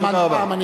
הזמן תם.